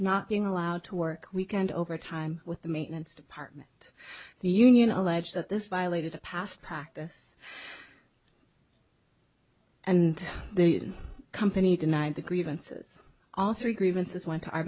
not being allowed to work weekends overtime with the maintenance department the union allege that this violated a past practice and they in company denied the grievances all three grievances went to